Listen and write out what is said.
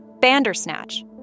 Bandersnatch